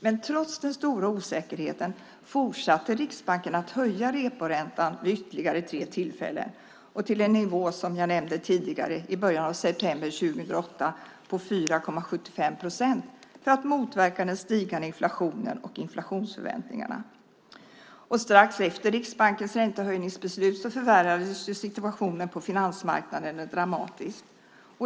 Men trots den stora osäkerheten fortsatte Riksbanken att höja reporäntan vid ytterligare tre tillfällen, som jag nämnde tidigare, till en nivå i början av september 2008 på 4,75 procent för att motverka den stigande inflationen och inflationsförväntningarna. Strax efter Riksbankens räntehöjningsbeslut förvärrades situationen på finansmarknaderna dramatiskt.